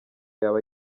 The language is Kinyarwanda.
yaba